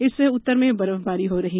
इससे उतर में बर्फबारी हो रही